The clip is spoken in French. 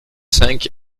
cinq